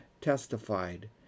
testified